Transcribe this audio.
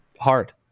hard